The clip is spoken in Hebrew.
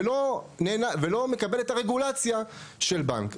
ולא מקבל את הרגולציה של בנק.